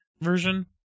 version